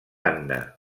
anna